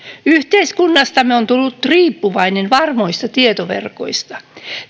yhteiskunnastamme on tullut riippuvainen varmoista tietoverkoista